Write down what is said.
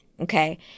okay